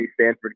stanford